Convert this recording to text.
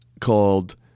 called